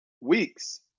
weeks